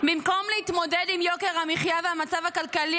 במקום להתמודד עם יוקר המחיה והמצב הכלכלי,